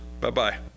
Bye-bye